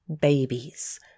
babies